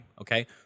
Okay